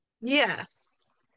Yes